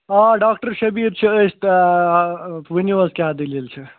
آ ڈاکٹر شبیٖر چھِ أسۍ ؤنِو حظ کیٛاہ دٔلیٖل چھِ